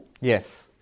yes